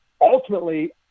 ultimately